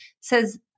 says